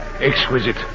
Exquisite